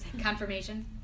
Confirmation